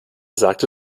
sagte